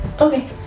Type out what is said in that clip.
Okay